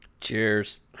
Cheers